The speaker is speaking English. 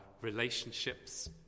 relationships